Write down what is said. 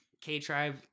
K-Tribe